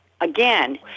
again